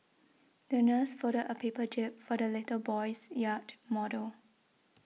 the nurse folded a paper jib for the little boy's yacht model